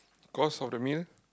cost of the meal